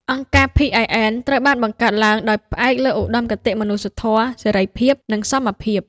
អង្គការ PIN ត្រូវបានបង្កើតឡើងដោយផ្អែកលើឧត្តមគតិមនុស្សធម៌ សេរីភាព និងសមភាព។